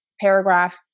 paragraph